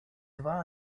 два